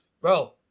bro